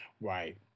Right